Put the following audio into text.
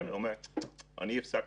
רשום מהומות.